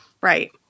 Right